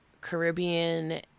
Caribbean